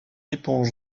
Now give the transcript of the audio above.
éponge